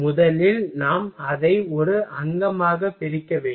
முதலில் நாம் அதை ஒரு அங்கமாகப் பிரிக்க வேண்டும்